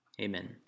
amen